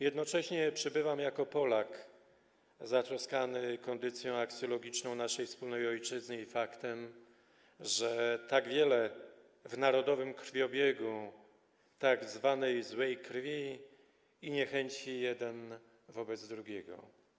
Jednocześnie przybywam jako Polak zatroskany kondycją aksjologiczną naszej wspólnej ojczyzny i faktem, że tak wiele w narodowym krwiobiegu tzw. złej krwi i niechęci jednego wobec drugiego.